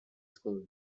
school